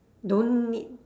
don't need